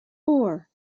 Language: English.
four